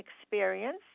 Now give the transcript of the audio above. experience